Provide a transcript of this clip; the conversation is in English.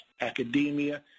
academia